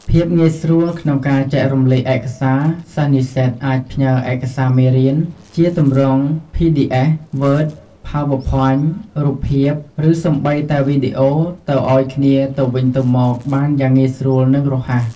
ភាពងាយស្រួលក្នុងការចែករំលែកឯកសារ សិស្សនិស្សិតអាច ផ្ញើរឯកសារមេរៀន ជាទម្រង់ ភីឌីអេស, វើត,ផៅវើភ័ញ, រូបភាព ឬសូម្បីតែវីដេអូទៅឲ្យគ្នាទៅវិញទៅមកបានយ៉ាងងាយស្រួល និងរហ័ស។